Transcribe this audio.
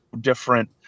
different